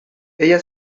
ella